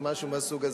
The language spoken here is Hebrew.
או משהו מהסוג הזה.